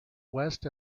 west